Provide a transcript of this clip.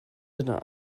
yno